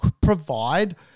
provide